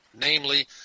namely